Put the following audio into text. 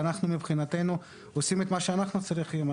מבחינתנו אנחנו עושים את מה שאנחנו צריכים,